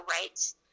rights